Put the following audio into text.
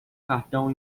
cartão